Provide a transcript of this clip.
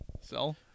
Sell